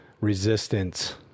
resistance